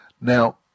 now